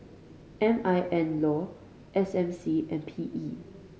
M I N Law S M C and P E